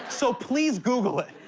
so please google it.